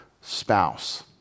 spouse